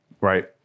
right